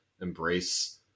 embrace